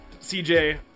CJ